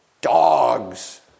dogs